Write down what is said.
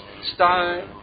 Stone